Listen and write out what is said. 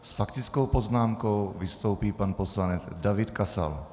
S faktickou poznámkou vystoupí pan poslanec David Kasal.